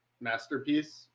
masterpiece